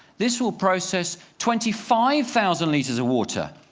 this will process twenty five thousand liters of water